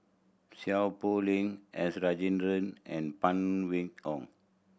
Seow Poh Leng S Rajendran and Phan Win Ong